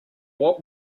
what